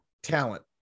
talent